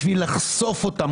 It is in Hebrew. בשביל לחשוף אותם,